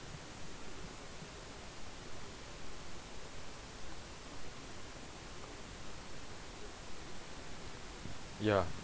ya